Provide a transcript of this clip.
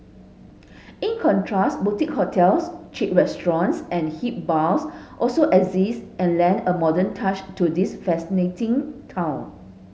in contrast boutique hotels chic restaurants and hip bars also exist and lend a modern touch to this fascinating town